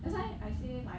that's why I say like